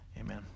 Amen